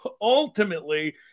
ultimately